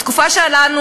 בתקופה שלנו,